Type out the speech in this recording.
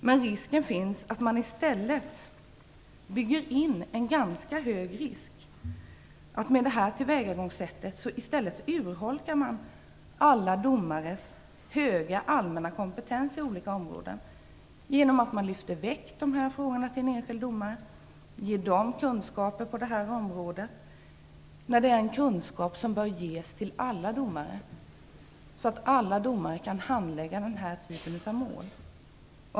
Men i stället bygger man in en ganska hög risk att med det här tillvägagångssättet urholkar alla domares höga allmänna kompetens i olika områden genom att man lyfter bort dessa frågor till vissa enskilda domare, ger dem kunskaper på det här området, när det är en kunskap som bör ges till alla domare så att alla domare kan handlägga den här typen av mål.